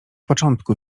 początku